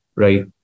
right